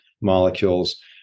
Molecules